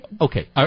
okay